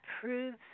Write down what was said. proves